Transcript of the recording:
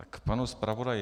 K panu zpravodaji.